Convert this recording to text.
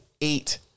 eight